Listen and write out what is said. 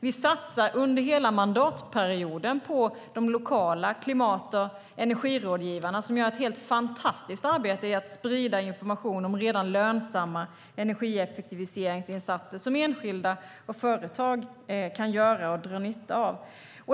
Vi satsar under hela mandatperioden på de lokala klimat och energirådgivarna, som gör ett helt fantastiskt arbete med att sprida information om redan lönsamma energieffektiviseringsinsatser som enskilda och företag kan göra och dra nytta av.